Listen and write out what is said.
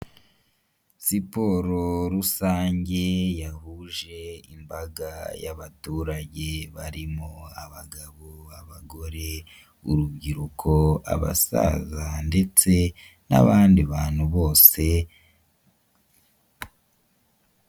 Siporo rusange yahuje imbaga y'abaturage, barimo abagabo, abagore, urubyiruko, abasaza, ndetse n'abandi bantu bose.